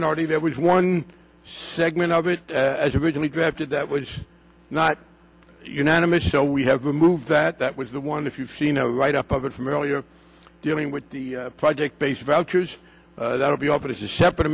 minority that was one segment of it as originally drafted that was not unanimous so we have to move that that was the one if you've seen a write up of it from earlier dealing with the project based vouchers that would be opposite shephard